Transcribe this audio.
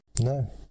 No